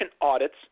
audits